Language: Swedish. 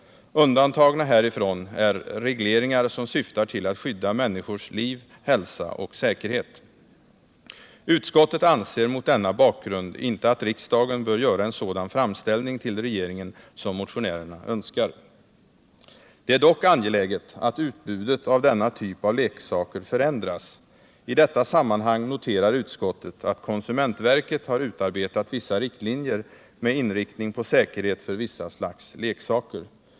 Undantagna härifrån är regleringar som syftar till att skydda människors liv, hälsa och säkerhet. Utskottet anser mot denna bakgrund inte att riksdagen bör göra en sådan framställning till regeringen som motionärerna önskar. Det är dock angeläget att utbudet av denna typ av leksaker förändras. I detta sammanhang noterar utskottet att konsumentverket har utarbetat vissa riktlinjer med inriktning på säkerhet för vissa slags leksaker.